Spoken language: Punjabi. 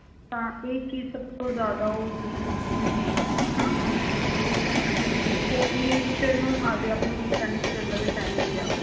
ਤਾਂ ਇਹ ਚੀਜ਼ ਸਭ ਤੋਂ ਜ਼ਿਆਦਾ ਉਹ ਸੀ ਅਜੀਬ ਹੈ ਨਾ ਕਿ ਦੇਖੋ ਨੇਚਰ ਨੂੰ ਆਪਦੇ ਆਪ ਨੂੰ ਰੀਪੈਨਿਸ਼ ਕਰਨ ਲਈ ਟਾਈਮ ਮਿਲਿਆ